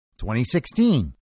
2016